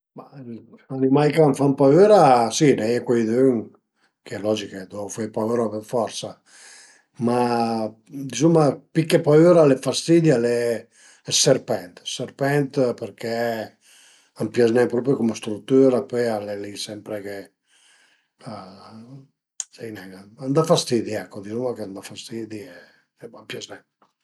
Ma animai ch'a m'fan paüra si a i n'a ie cuaidün che logich a deu fe paüra për forsa, ma dizuma pi che paüra al e fastidi al e ël serpent, ël serpent përché a m'pias nen cume strütüra e pöi al e li sempre che, sai ne a m'da fastidi ecco, dizuma ch'a m'da fastidi e a m'pias nen